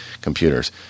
computers